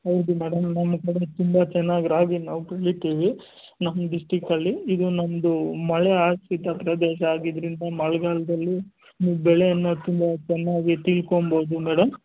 ಹೌದು ಮೇಡಮ್ ನಮ್ಮ ಕಡೆ ತುಂಬ ಚೆನ್ನಾಗಿ ರಾಗಿ ನಾವು ಬೆಳೀತೀವಿ ನಮ್ಮ ಡಿಸ್ಟಿಕ್ಕಲ್ಲಿ ಇದು ನಮ್ಮದು ಮಳೆ ಆಶ್ರಿತ ಪ್ರದೇಶ ಆಗಿದ್ದರಿಂದ ಮಳೆಗಾಲ್ದಲ್ಲಿ ಬೆಳೆ ಅನ್ನೋದು ತುಂಬ ಚೆನ್ನಾಗಿ ತಿಳ್ಕೊಬೋದು ಮೇಡಮ್